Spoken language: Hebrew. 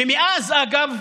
ומאז, אגב,